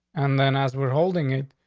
and then, as we're holding it,